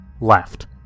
left